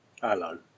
Hello